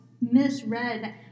misread